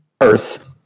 Earth